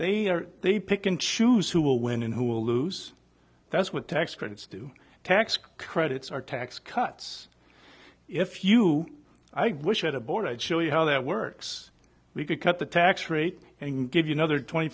they are they pick and choose who will win and who will lose that's what tax credits do tax credits are tax cuts if you i wish i had a board i'd show you how that works we could cut the tax rate and give you another twenty